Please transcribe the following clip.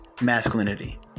Masculinity